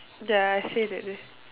ya I said that day